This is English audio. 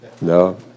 No